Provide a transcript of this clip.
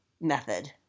method